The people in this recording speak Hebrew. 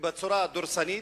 בצורה דורסנית,